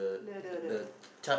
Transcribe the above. the the the